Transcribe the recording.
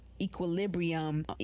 equilibrium